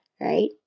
right